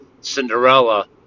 Cinderella